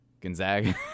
Gonzaga